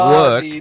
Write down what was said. work